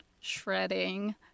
shredding